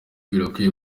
birakwiye